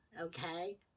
okay